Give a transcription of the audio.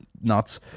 Nuts